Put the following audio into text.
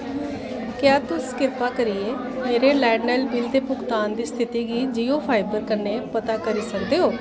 क्या तुस कृपा करियै मेरे लैंडलाइन बिल दे भुगतान दी स्थिति गी जियो फािबर कन्नै पता करी सकदे ओ